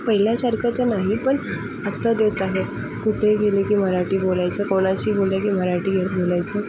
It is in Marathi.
पहिल्यासारखं तर नाही पण आत्ता देत आहे कुठे गेलं की मराठी बोलायचं कोणाशी बोललं की मराठी बोलायचं